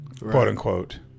quote-unquote